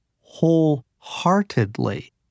wholeheartedly